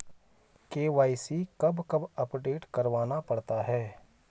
KYC कब कब update करवाना पड़ता है?